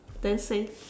then say